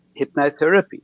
hypnotherapy